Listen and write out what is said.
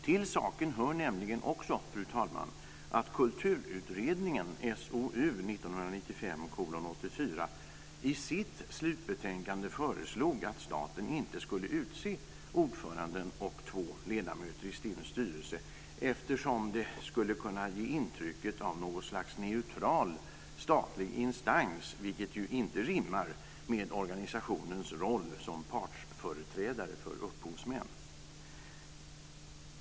Till saken hör nämligen också, fru talman, att Kulturutredningen SOU 1995:84 i sitt slutbetänkande föreslog att staten inte skulle utse ordföranden och två ledamöter i STIM:s styrelse eftersom det skulle kunna ge intrycket av något slags neutral statlig instans, vilket inte rimmar med organisationen roll som partsföreträdare för upphovsmän.